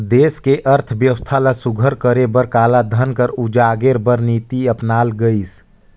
देस के अर्थबेवस्था ल सुग्घर करे बर कालाधन कर उजागेर बर नीति अपनाल गइस